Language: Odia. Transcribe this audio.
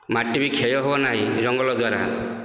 ମାଟି ବି କ୍ଷୟ ହେବ ନାହିଁ ଜଙ୍ଗଲ ଦ୍ଵାରା